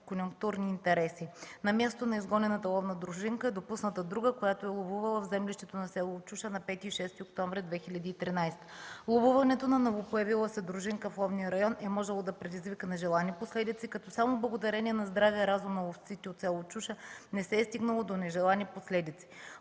конюнктурни интереси. На мястото на изгонената ловна дружинка е допусната друга, която е ловувала в землището на село Очуша на 5 и 6 октомври 2013 г. Ловуването на „новопоявила се” дружинка в ловния район е можело да предизвика нежелани последици, като само благодарение на здравия разум на ловците от село Очуша не се е стигнало до нежелани последици.